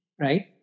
right